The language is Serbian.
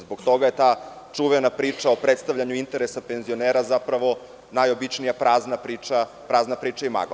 Zbog toga je ta čuvena priča o predstavljanju interesa penzionera zapravo najobičnija prazna priča i magla.